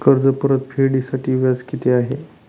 कर्ज परतफेडीसाठी व्याज किती आहे?